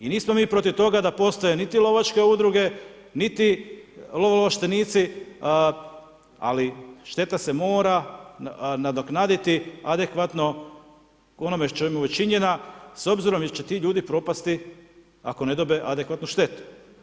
I nismo mi protiv toga da postoje niti lovačke udruge niti lovoovlaštenici ali šteta se mora nadoknaditi adekvatno ono čemu je učinjena s obzirom jer će ti ljudi propasti ako ne dobe adekvatnu štetu.